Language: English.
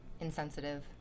insensitive